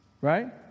right